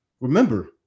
remember